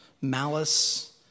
malice